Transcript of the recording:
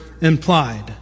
implied